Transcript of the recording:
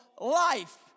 life